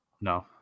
No